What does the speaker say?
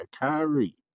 Kyrie